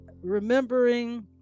remembering